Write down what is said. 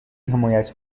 حمایت